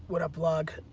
what up blog,